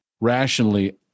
rationally